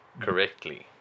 correctly